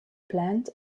planned